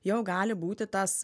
jau gali būti tas